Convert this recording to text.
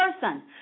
person